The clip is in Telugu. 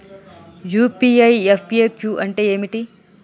యూ.పీ.ఐ ఎఫ్.ఎ.క్యూ అంటే ఏమిటి?